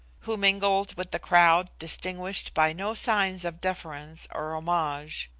who mingled with the crowd distinguished by no signs of deference or homage.